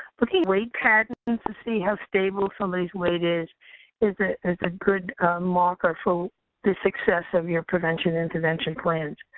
looking at weight patterns and to see how stable somebody's weight is is ah is a good marker for the success of your prevention intervention plans.